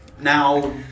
Now